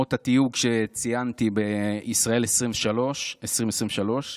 למרות התיוג שציינתי בישראל 2023,